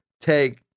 take